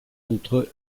entre